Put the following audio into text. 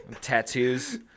tattoos